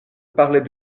parlait